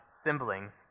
siblings